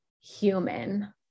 human